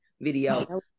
video